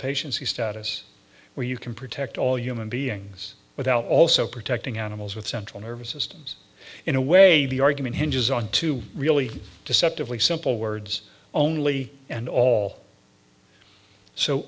patients the status where you can protect all human beings without also protecting animals with central nervous systems in a way the argument hinges on two really deceptively simple words only and all so